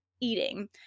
eating